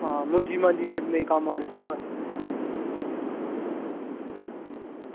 आं मुंजी मांजी फड़नै ई कम्म आना चाहिदा